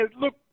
look